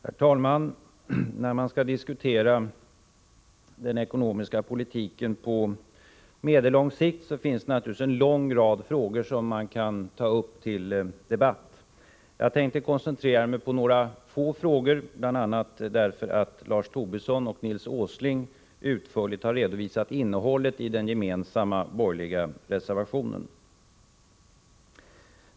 Herr talman! När man skall diskutera den ekonomiska politiken på medellång sikt, finns det naturligtvis en lång rad frågor som man kan ta upp till debatt. Jag tänker koncentrera mig på några få frågor, bl.a. därför att Lars Tobisson och Nils Åsling utförligt har redovisat innehållet i den gemensamma borgerliga reservationen.